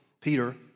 Peter